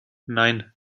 nein